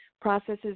processes